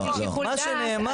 מה שנאמר